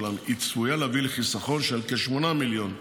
אולם היא צפויה להביא לחיסכון של כ-8 מיליון שקלים.